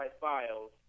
files